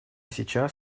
сейчас